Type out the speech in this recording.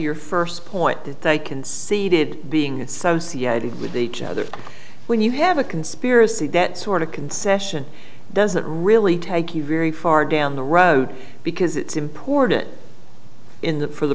your first point that they conceded being associated with each other when you have a conspiracy that sort of concession doesn't really take you very far down the road because it's important in the for the